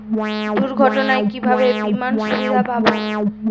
দুর্ঘটনায় কিভাবে বিমার সুবিধা পাব?